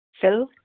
Phil